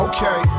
Okay